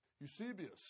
Eusebius